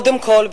קודם כול,